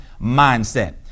mindset